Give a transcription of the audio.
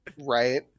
Right